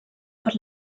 per